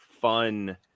fun